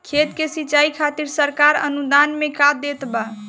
खेत के सिचाई खातिर सरकार अनुदान में का देत बा?